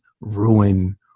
ruin